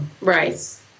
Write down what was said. Right